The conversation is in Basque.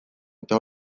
eta